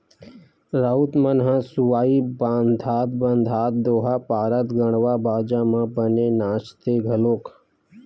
राउत मन ह सुहाई बंधात बंधात दोहा पारत गड़वा बाजा म बने नाचथे घलोक